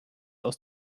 aus